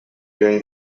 during